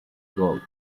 gold